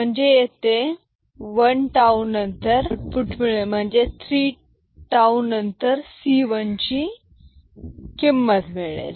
म्हणजे येथे one tau नंतर आउटपुट मिळेल म्हणजेत थ्री टाऊ नंतर सी वन ची किंमत मिळेल